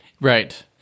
Right